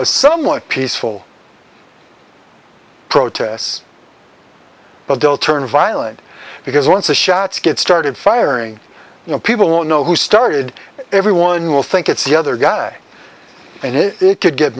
a somewhat peaceful protests but they'll turn violent because once the shots get started firing you know people will know who started it everyone will think it's the other guy and it it could get